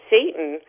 Satan